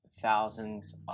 thousands